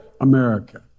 America